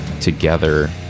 together